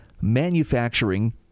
manufacturing